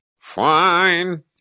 Fine